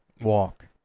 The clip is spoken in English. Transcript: walk